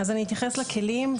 אני אתייחס לכלים,